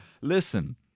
Listen